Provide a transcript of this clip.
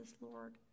Lord